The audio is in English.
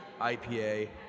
IPA